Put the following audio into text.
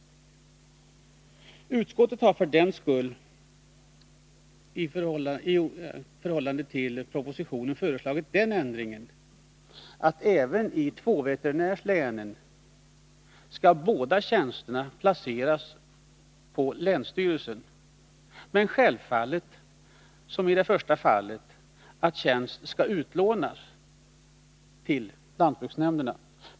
Utskottet har därför föreslagit en ändring av propositionens förslag, innebärande att båda tjänsterna i länen med två veterinärer skall placeras på länsstyrelsen. Självfallet skall samma ordning råda som i övriga län, nämligen att tjänst skall utlånas till lantbruksnämnden.